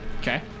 Okay